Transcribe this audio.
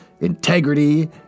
integrity